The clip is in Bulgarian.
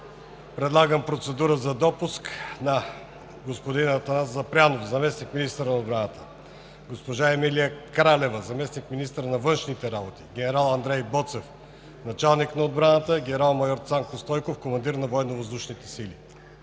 предлагам процедура за допуск на господин Атанас Запрянов – заместник-министър на отбраната, госпожа Емилия Кралева – заместник-министър на външните работи, генерал Андрей Боцев – началник на отбраната, генерал-майор Цанко Стойков – командир на